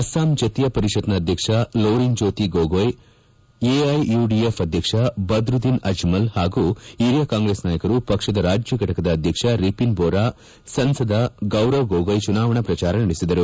ಅಸ್ಲಾಂ ಜತಿಯಾ ಪರಿಷತ್ನ ಅಧ್ಯಕ್ಷ ಲೊರಿನ್ಜ್ಕೋತಿ ಗೊಗಯ್ ಎಐಯುಡಿಎಫ್ ಅಧ್ಯಕ್ಷ ಬದುದ್ದೀನ್ ಅಜ್ಮಲ್ ಪಾಗೂ ಓರಿಯ ಕಾಂಗ್ರೆಸ್ ನಾಯಕರು ಪಕ್ಷದ ರಾಜ್ಯ ಘಟಕದ ಅಧ್ಯಕ್ಷ ರಿಮನ್ಜೊರಾ ಸಂಸದ ಗೌರವ್ ಗೊಗಯ್ ಚುನಾವಣಾ ಪ್ರಚಾರ ನಡೆಸಿದರು